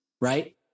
right